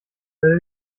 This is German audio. oder